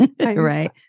right